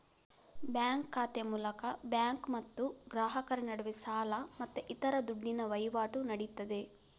bank ಖಾತೆ ಮೂಲಕ bank ಮತ್ತು ಗ್ರಾಹಕರ ನಡುವೆ ಸಾಲ ಮತ್ತೆ ಇತರ ದುಡ್ಡಿನ ವೈವಾಟು ನಡೀತದೆ